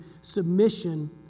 submission